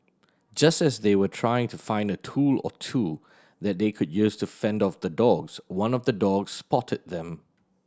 just as they were trying to find a tool or two that they could use to fend off the dogs one of the dogs spotted them